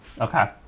Okay